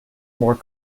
more